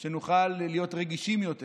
שנוכל להיות רגישים יותר